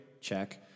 check